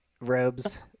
Robes